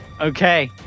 Okay